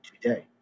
today